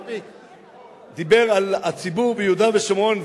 דיבר על הציבור ביהודה ושומרון,